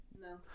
No